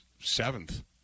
seventh